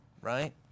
right